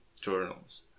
journals